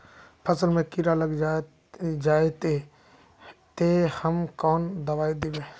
फसल में कीड़ा लग जाए ते, ते हम कौन दबाई दबे?